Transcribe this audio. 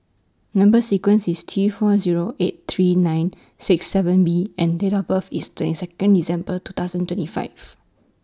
Number sequence IS T four Zero eight three nine six seven B and Date of birth IS twenty Second December two thousand twenty five